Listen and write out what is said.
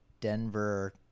Denver